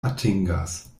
atingas